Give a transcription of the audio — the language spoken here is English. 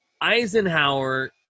Eisenhower